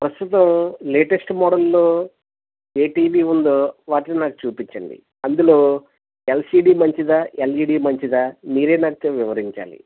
ప్రస్తుతం లేటెస్ట్ మోడల్లో ఎ టీవీ ఉందో వాటిని నాకు చూపించండి అందులో ఎల్సీడీ మంచిదా ఎల్ఈడి మంచిదా మీరే నాకు వివరించాలి